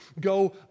go